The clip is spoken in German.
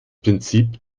prinzip